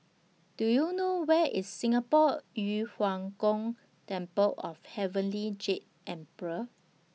Do YOU know Where IS Singapore Yu Huang Gong Temple of Heavenly Jade Emperor